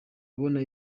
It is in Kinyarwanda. ubona